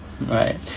Right